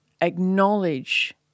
acknowledge